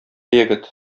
егет